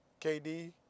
KD